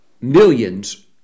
millions